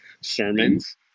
sermons